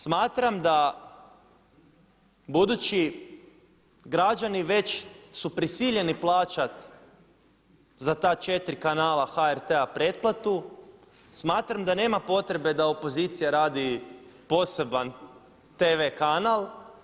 Smatram da budući građani već su prisiljeni plaćati za ta četiri kanala HRT-a pretplatu smatram da nema potrebe da opozicija radi poseban tv kanala.